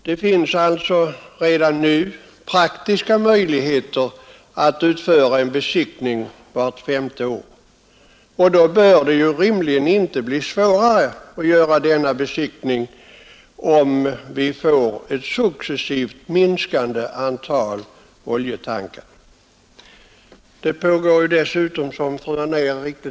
Det finns alltså redan nu praktiska möjligheter att utföra besiktning med detta tidsintervall. Om vi får ett successivt minskande antal oljetankar bör det rimligen inte bli svårt att göra denna besiktning.